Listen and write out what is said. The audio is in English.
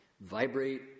vibrate